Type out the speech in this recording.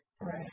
Right